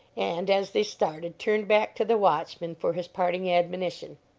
and, as they started, turned back to the watchmen for his parting admonition